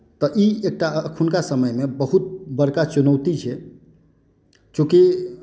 तऽ ई एकटा एखुनका समयमे बहुत बड़का चुनौती छै चूँकि